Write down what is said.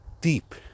deep